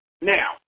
Now